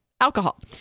Alcohol